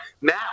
Matt